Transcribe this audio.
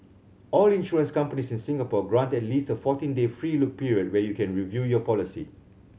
all insurance companies in Singapore grant at least a fourteen day free look period where you can review your policy